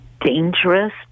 dangerous